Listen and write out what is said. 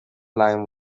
line